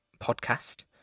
podcast